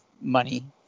money